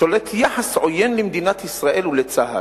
שולט יחס עוין למדינת ישראל ולצה"ל.